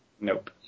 Nope